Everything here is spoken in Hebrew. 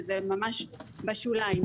זה בשוליים.